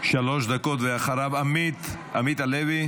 שלוש דקות, ואחריו, עמית הלוי.